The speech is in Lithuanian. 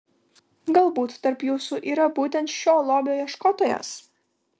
galbūt tarp jūsų yra būtent šio lobio ieškotojas